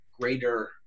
Greater